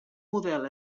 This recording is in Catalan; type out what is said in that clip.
model